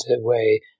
away